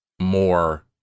more